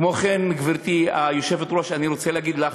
כמו כן, גברתי היושבת-ראש, אני רוצה להגיד לך,